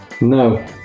no